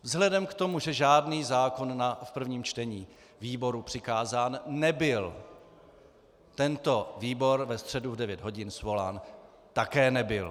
Vzhledem k tomu, že žádný zákon v prvním čtení výboru přikázán nebyl, tento výbor ve středu v devět hodin svolán také nebyl.